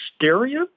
hysteria